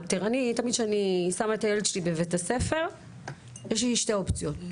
כשאני מביאה את הילד שלי לבית הספר יש לי שתי אופציות: